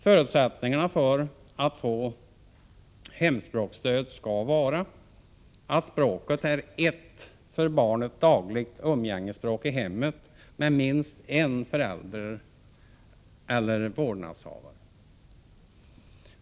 Förutsättningen för att få hemspråksstöd skall vara att språket är ett för barnet dagligt umgängesspråk i hemmet med minst en förälder eller vårdnadshavare.